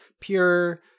pure